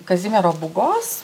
kazimiero būgos